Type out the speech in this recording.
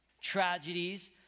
Tragedies